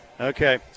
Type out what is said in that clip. okay